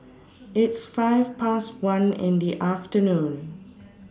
its five Past one in The afternoon